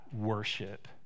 worship